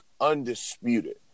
undisputed